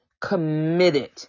committed